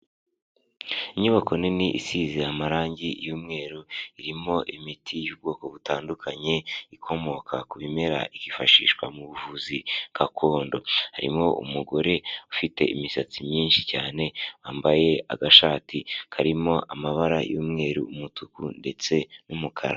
Inyubako nini isize amarangi y'umweru irimo imiti y'ubwoko butandukanye ikomoka ku bimera yifashishwa mu buvuzi gakondo, harimo umugore ufite imisatsi myinshi cyane, wambaye agashati karimo amabara y'umweru, umutuku, ndetse n'umukara.